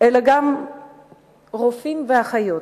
אלא גם רופאים ואחיות